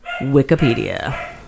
Wikipedia